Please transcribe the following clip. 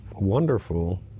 wonderful